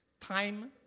Time